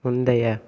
முந்தைய